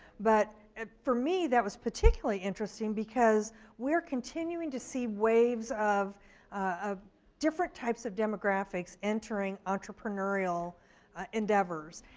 but ah for me that was particularly interesting because we're continuing to see waves of of different types of demographics entering entrepreneurial endeavors.